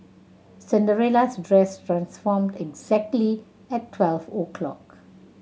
Cinderella's dress transformed exactly at twelve o' clock